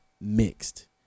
mixed